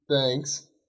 Thanks